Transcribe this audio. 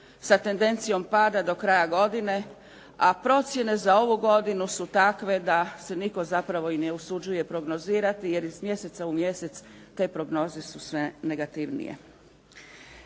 sa tedencijom pada do kraja godine a procjene za ovu godinu su takve da se nitko zapravo i ne usuđuje prognozirati jer iz mjeseca u mjesec te prognoze su sve negativnije.